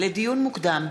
לדיון מוקדם: